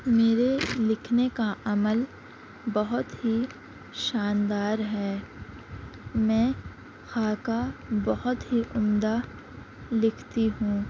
میرے لکھنے کا عمل بہت ہی شاندار ہے میں خاکہ بہت ہی عمدہ لکھتی ہوں